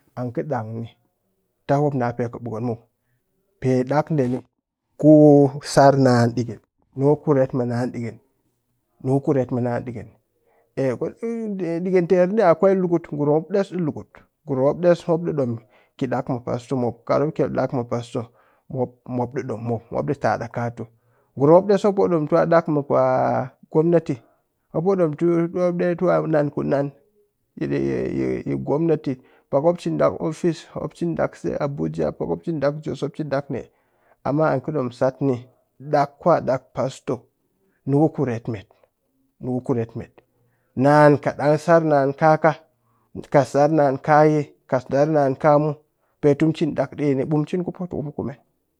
An kɨ ɗang ni tap mop nape kɨɓukun muw pe ɗaak ɗeeni ku sar naan ɗikɨn, niku kuret mɨ naan, niku kuret mɨ naan ɗikɨn. Pe ɗikɨn terɗe akwai lukut ngurum mop ɗes ɗii lukut ngurum mop ɗes ɗii ɗom ki ɗaak mɨ pastor muw kat mop kyel ɗaak mɨ pastor mop ɗii ɗom muw mop ɗii tat'akaatu. Ngurum mop ɗes mop kɨ ɗom tu a ɗaak mɨ kwa gomnati mop poo ɗom tɨ tu ɗeetu nankunan yi. yi ofice, mop cin ɗaak se abuja pakmop cin ɗaak se jos pak mop cin ɗaak nee, amma ann kɨ ɗom satni ɗaak ku'a ɗaak pastor ni kuret met niku kuret met naan kat ɗang sar naan kaaka kat sar naan kaayi kat sar naan kaamu pe tɨ mɨ cin ɗaak ɗiini ɓe mu cin ku pootukup kukume.